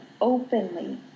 openly